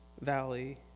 valley